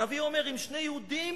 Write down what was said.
הנביא אומר: אם שני יהודים